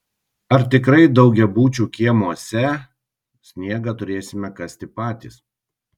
ar tikrai daugiabučių kiemuose sniegą turėsime kasti patys